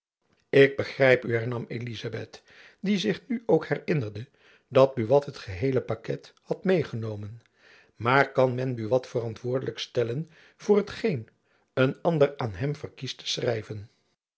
ik begrijp u hernam elizabeth die zich nu ook herinnerde dat buat het geheele pakket had meêgenomen maar kan men buat verantwoordelijk stellen voor hetgeen een ander aan hem verkiest te schrijven